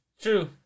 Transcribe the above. True